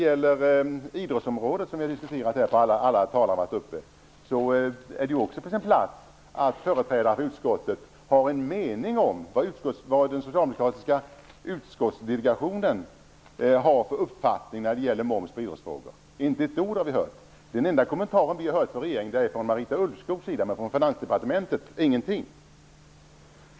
På idrottsområdet, som alla talare har varit inne på, är det också på sin plats att företrädare för utskottet har en kommentar om vilken uppfattning den socialdemokratiska EU-delegationen har om moms på idrott. Vi har inte hört ett ord om det. Den enda kommentaren från regeringen har kommit från Marita Ulvskog, men från Finansdepartementet har vi inte hört någonting.